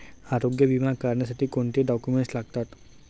आरोग्य विमा काढण्यासाठी कोणते डॉक्युमेंट्स लागतात?